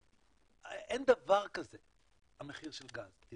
אז אין דבר כזה המחיר של גז.